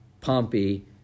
Pompey